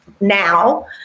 now